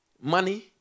Money